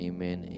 Amen